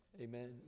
amen